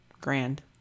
grand